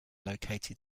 located